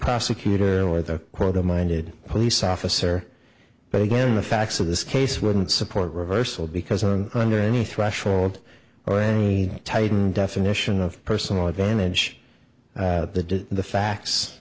prosecutor or the quote of minded police officer but again the facts of this case wouldn't support reversal because on under any threshold or any tightened definition of personal advantage the facts